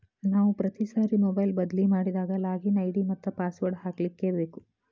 ನಾವು ಪ್ರತಿ ಸಾರಿ ಮೊಬೈಲ್ ಬದ್ಲಿ ಮಾಡಿದಾಗ ಲಾಗಿನ್ ಐ.ಡಿ ಮತ್ತ ಪಾಸ್ವರ್ಡ್ ಹಾಕ್ಲಿಕ್ಕೇಬೇಕು